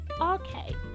Okay